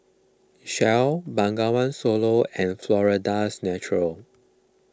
Shell Bengawan Solo and Florida's Natural